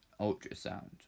ultrasound